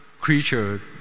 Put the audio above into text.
creature